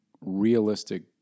realistic